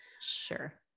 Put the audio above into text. Sure